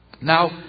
Now